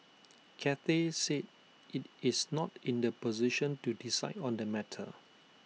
Cathay said IT is not in the position to decide on the matter